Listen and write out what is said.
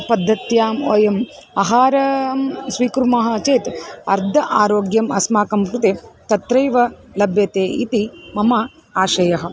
पद्धत्यां वयम् आहारं स्वीकुर्मः चेत् अर्द आरोग्यम् अस्माकं कृते तत्रैव लभ्यते इति मम आशयः